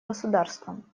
государством